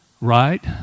Right